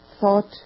thought